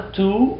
two